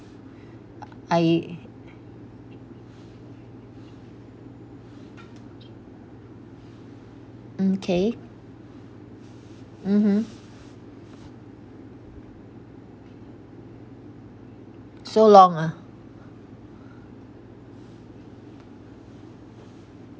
I mm 'K mmhmm so long ah